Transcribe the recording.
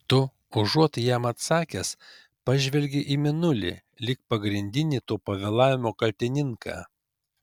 tu užuot jam atsakęs pažvelgei į mėnulį lyg pagrindinį to pavėlavimo kaltininką